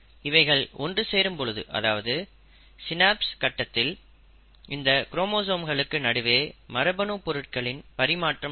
இவைகள் ஒன்று சேரும் பொழுது அதாவது ஸ்னாப்ஸ் கட்டத்தில் இந்த குரோமோசோம்களுக்கு நடுவே மரபணு பொருட்களின் பரிமாற்றம் நடக்கும்